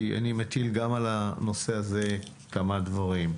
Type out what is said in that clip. כי אני מטיל גם על הנושא הזה כמה דברים.